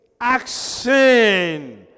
action